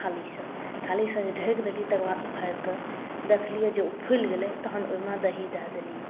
थालीसॅं थालीसॅं जे ढकि देलियै तकर बाद उघाड़िकऽ देखलियै जे ओ फूलि गेलै तहन ओहिमे दही दै देलियै